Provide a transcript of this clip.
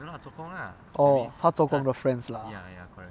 oh 她做工的 friends lah